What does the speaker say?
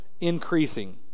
increasing